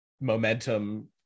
momentum